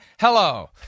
Hello